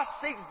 six